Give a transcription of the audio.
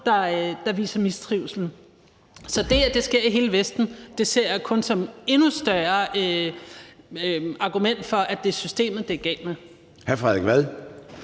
der viser mistrivsel. Så det, at det sker i hele Vesten, ser jeg kun som et endnu bedre argument for, at det er systemet, det er galt med.